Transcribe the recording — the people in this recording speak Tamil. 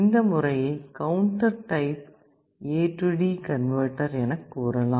இந்த முறையை கவுண்டர் டைப் AD கன்வேர்டர் எனக் கூறலாம்